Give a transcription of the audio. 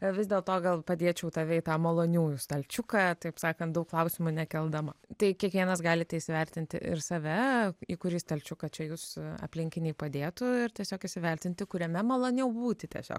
vis dėl to gal padėčiau tave į tą maloniųjų stalčiuką taip sakant daug klausimų nekeldama tai kiekvienas galite įsivertinti ir save į kurį stalčiuką čia jus aplinkiniai padėtų tiesiog įsivertinti kuriame maloniau būti tiesiog